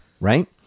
right